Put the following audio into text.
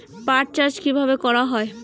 পাট চাষ কীভাবে করা হয়?